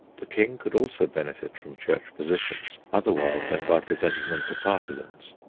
the king could also benefit from church positions otherwise than by presenting them to partisans.